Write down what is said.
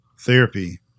therapy